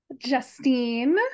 justine